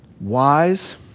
wise